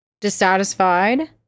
dissatisfied